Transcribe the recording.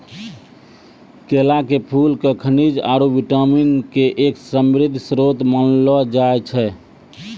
केला के फूल क खनिज आरो विटामिन के एक समृद्ध श्रोत मानलो जाय छै